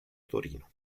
torino